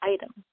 item